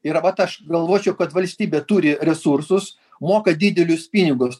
ir vat aš galvočiau kad valstybė turi resursus moka didelius pinigus